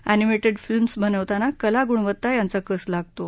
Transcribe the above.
admitted films बनवताना कला गुणवत्ता यांचा कस लागतो